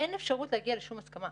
אין אפשרות להגיע לשום הסכמה.